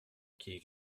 qui